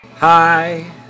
Hi